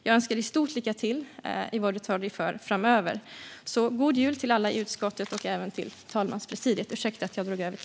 Jag önskar dig stort lycka till med det du tar dig för framöver! God jul till alla i utskottet och även till talmanspresidiet!